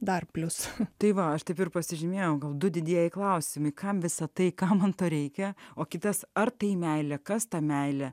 dar plius tai va aš taip ir pasižymėjo gal du didieji klausimai kam visa tai kam to reikia o kitas ar tai meilė kas ta meile